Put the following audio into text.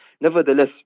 Nevertheless